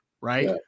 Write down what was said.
right